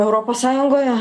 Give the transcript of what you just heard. europos sąjungoje